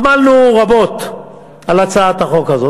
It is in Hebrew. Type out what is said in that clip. עמלנו רבות על הצעת החוק הזאת,